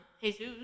Jesus